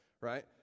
right